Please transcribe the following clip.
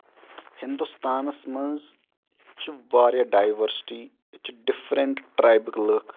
ہِندوستانَس منٛز چھِ واریاہ ڈایؤرسٹی ییٚتہِ چھِ ڈِفرنٹ ٹریبٕک لُکھ